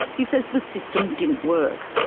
he says the system didn't work.